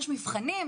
יש מבחנים,